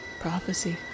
prophecy